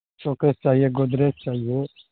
showcase چاہیے گودریج چاہیے